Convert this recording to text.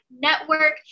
network